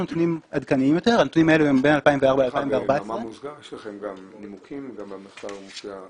יש לכם גם נימוקים במחקר?